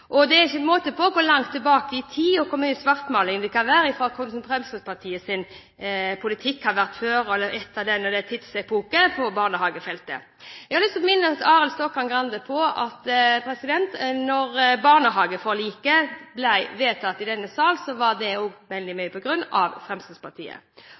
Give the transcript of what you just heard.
forslag. Det er ikke måte på hvor langt tilbake i tid han går, og hvor mye svartmaling det kan være, når det gjelder hvordan Fremskrittspartiets politikk på barnehagefeltet har vært før og etter den eller den tidsepoken. Jeg har lyst til å minne Arild Stokkan-Grande på at da barnehageforliket ble vedtatt i denne salen, var det veldig